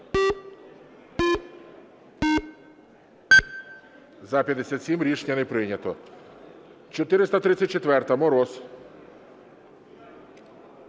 За-57 Рішення не прийнято. 434-а, Мороз.